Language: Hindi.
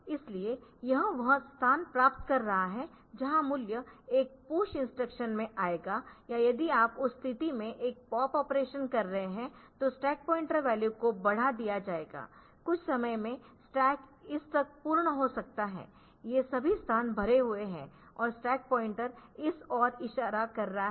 इसलिए यह वह स्थान प्राप्त कर रहा है जहां मूल्य एक पुश इंस्ट्रक्शन में आएगा या यदि आप उस स्थिति में एक पॉप ऑपरेशन कर रहे है तो स्टैक पॉइंटर वैल्यू को बढ़ा दिया जाएगा कुछ समय में स्टैक इस तक पूर्ण हो सकता है ये सभी स्थान भरे हुए है और स्टैक पॉइंटर इस ओर इशारा कर रहा है